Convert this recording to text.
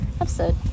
episode